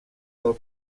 del